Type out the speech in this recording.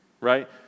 Right